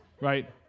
right